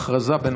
הודעה בינתיים.